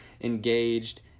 engaged